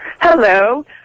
Hello